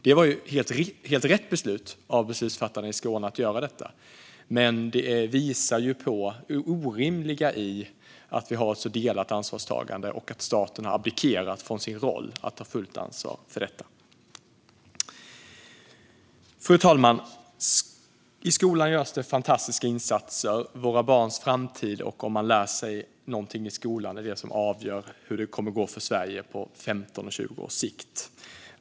Det var helt rätt beslut av beslutsfattarna i Skåne. Men det visar på det orimliga i att vi har ett så delat ansvarstagande och att staten har abdikerat från sin roll att ta fullt ansvar för detta. Fru talman! I skolan görs det fantastiska insatser. Våra barns framtid och det som de lär sig i skolan är det som avgör hur det kommer att gå för Sverige på 15-20 års sikt.